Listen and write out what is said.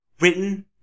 written